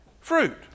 fruit